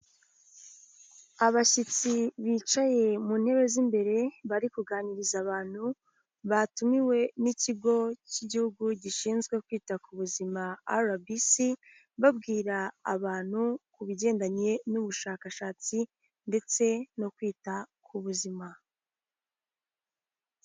Abashyitsi bicaye mu ntebe z'imbere bari kuganiriza abantu, batumiwe n'ikigo k'igihugu gishinzwe kwita ku buzima RBC, babwira abantu ku bigendanye n'ubushakashatsi ndetse no kwita ku buzima.